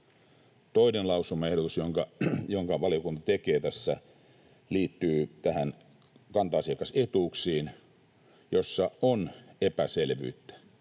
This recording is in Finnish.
Toinen lausumaehdotus, jonka valiokunta tekee tässä, liittyy näihin kanta-asiakasetuuksiin, joissa on epäselvyyttä.